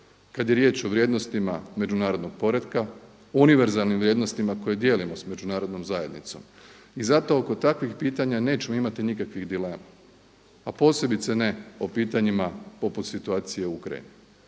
kad je riječ o vrijednostima međunarodnog poretka, univerzalnim vrijednostima koje dijelimo s međunarodnom zajednicom. I zato oko takvih pitanja nećemo imati nikakvih dilema, a posebice ne o pitanjima poput situacije u Ukrajini